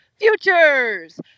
Futures